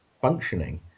functioning